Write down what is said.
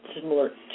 similar